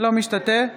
משתתף